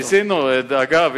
ניסינו, אגב.